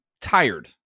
tired